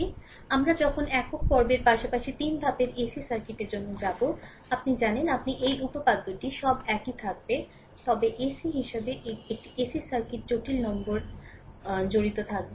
সুতরাং আমরা যখন একক পর্বের পাশাপাশি তিন ধাপের এসি সার্কিটের জন্য যাব তখন আপনি জানেন আপনি এই উপপাদ্যটি সব একই থাকবে তবে এসি হিসাবে একটি এসি সার্কিট জটিল নম্বর জড়িত থাকবে